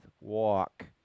walk